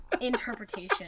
Interpretation